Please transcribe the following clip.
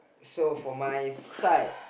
so for my side